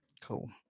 Cool